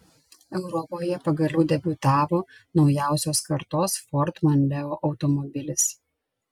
europoje pagaliau debiutavo naujausios kartos ford mondeo automobilis